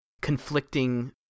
conflicting